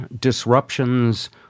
disruptions